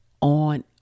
on